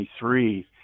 23